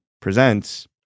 presents